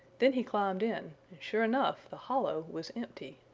then he climbed in sure enough, the hollow was empty.